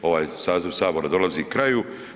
Ovaj saziv sabora dolazi kraju.